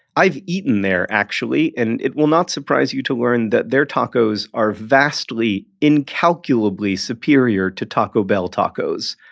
i've eaten there actually and it will not surprise you to learn that their tacos are vastly, incalculably superior to taco bell tacos.